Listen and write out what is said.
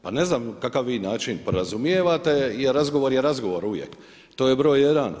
Pa ne znam kakav vi način podrazumijevate jer razgovor je razgovor uvijek, to je broj jedan.